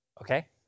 Okay